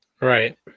Right